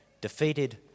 defeated